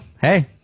Hey